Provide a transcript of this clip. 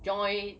join